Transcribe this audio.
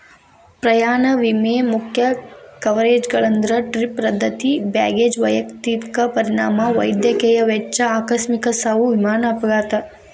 ಪ್ರಯಾಣ ವಿಮೆ ಮುಖ್ಯ ಕವರೇಜ್ಗಳಂದ್ರ ಟ್ರಿಪ್ ರದ್ದತಿ ಬ್ಯಾಗೇಜ್ ವೈಯಕ್ತಿಕ ಪರಿಣಾಮ ವೈದ್ಯಕೇಯ ವೆಚ್ಚ ಆಕಸ್ಮಿಕ ಸಾವು ವಿಮಾನ ಅಪಘಾತ